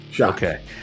Okay